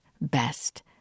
best